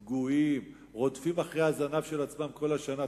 פגועים, רודפים אחרי הזנב של עצמם כל השנה.